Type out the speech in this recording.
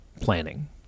planning